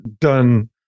done